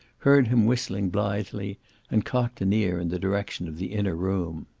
heard him whistling blithely and cocked an ear in the direction of the inner room.